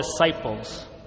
disciples